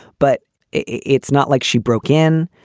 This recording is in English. but it's not like she broke in.